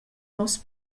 nos